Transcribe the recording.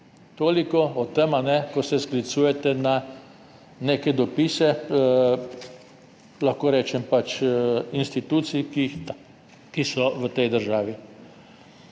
Toliko o tem, ko se sklicujete na neke dopise institucij, ki so v tej državi.